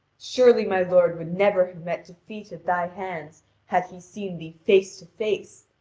surely my lord would never have met defeat at thy hands had he seen thee face to face.